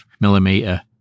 millimeter